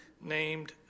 named